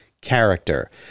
character